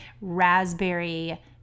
raspberry